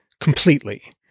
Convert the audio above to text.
completely